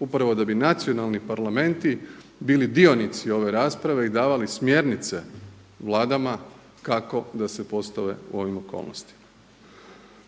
upravo da bi nacionalni parlamenti bili dionici ove rasprave i davali smjernice vladama kako da se postave u ovim okolnostima.